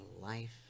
life